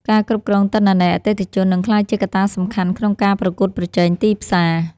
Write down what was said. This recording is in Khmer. ការគ្រប់គ្រងទិន្នន័យអតិថិជន នឹងក្លាយជាកត្តាសំខាន់ក្នុងការប្រកួតប្រជែងទីផ្សារ។